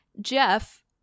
Jeff